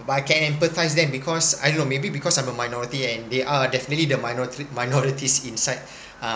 but I can empathise them because I know maybe because I'm a minority and they are definitely the minority minorities inside uh